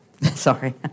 Sorry